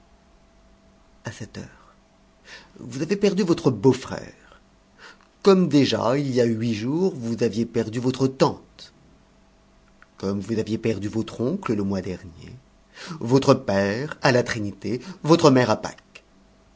à cette heure vous avez perdu votre beau-frère comme déjà il y a huit jours vous aviez perdu votre tante comme vous aviez perdu votre oncle le mois dernier votre père à la trinité votre mère à pâques